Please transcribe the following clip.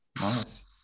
nice